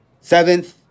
seventh